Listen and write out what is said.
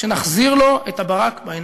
שנחזיר לו את הברק בעיניים.